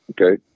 okay